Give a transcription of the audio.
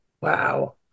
Wow